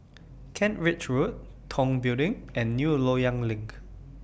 Kent Ridge Road Tong Building and New Loyang LINK